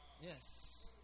Yes